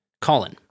Colin